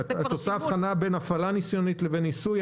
את עושה הבחנה בין הפעלה ניסיונית לבין ניסוי.